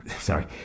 Sorry